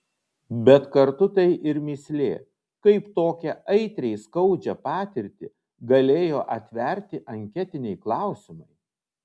bet kartu tai ir mįslė kaip tokią aitriai skaudžią patirtį galėjo atverti anketiniai klausimai